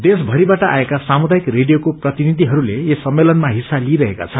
देश भरिबाट आएका सामुदायिक रेडियोका प्रतिनिधिहरूले यस सम्मेलनमा हिस्सा लिइरहेका छन्